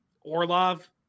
orlov